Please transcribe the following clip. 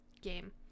game